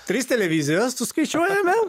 trys televizijos suskaičiuojame